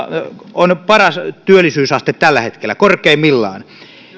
on paras kahteenkymmeneenseitsemään vuoteen tällä hetkellä korkeimmillaan